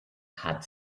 had